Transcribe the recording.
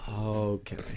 Okay